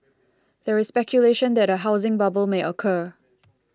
there is speculation that a housing bubble may occur